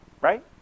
right